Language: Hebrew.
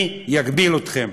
אני אגביל אתכם.